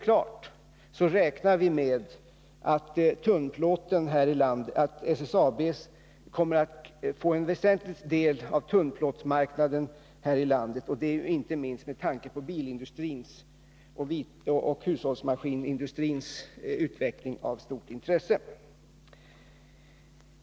Vi räknar med att SSAB, när detta är klart, kommer att få en väsentlig del av tunnplåtsmarknaden här i landet, vilket inte minst med tanke på bilindustrins och hushållsmaskinsindustrins utveckling är av stort intresse.